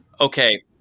Okay